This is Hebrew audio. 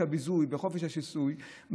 לחופש הביזוי וחופש השיסוי,